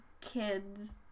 kids